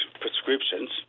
prescriptions